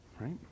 right